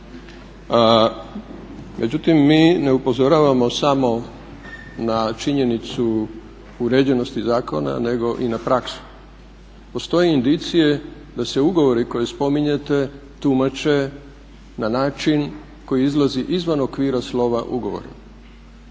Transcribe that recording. Međutim, mi ne upozoravamo samo na činjenicu o uređenosti zakona nego i na praksu. Postoje indicije da se ugovori koje spominjete tumače na način koji izlazi izvan okvira slova ugovora.